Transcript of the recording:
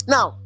Now